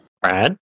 Brad